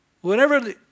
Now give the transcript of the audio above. Whenever